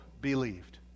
believed